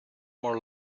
more